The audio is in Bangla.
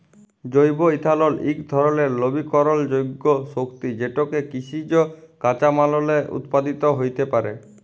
জৈব ইথালল ইক ধরলের লবিকরলযোগ্য শক্তি যেটকে কিসিজ কাঁচামাললে উৎপাদিত হ্যইতে পারে